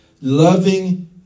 Loving